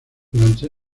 durante